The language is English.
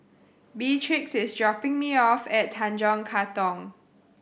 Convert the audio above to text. Beatrix is dropping me off at Tanjong Katong